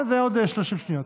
זה עוד 30 שניות.